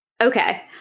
Okay